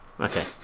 Okay